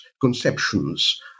conceptions